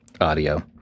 audio